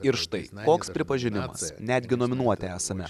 ir štai koks pripažinimas netgi nominuoti esame